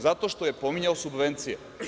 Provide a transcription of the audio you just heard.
Zato što je pominjao subvencije.